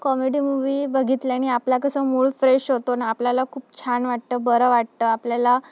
comedy movie बघितल्याने आपला कसं मूळ फ्रेश होतो ना आपल्याला खूप छान वाटतं बरं वाटतं आपल्याला